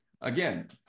again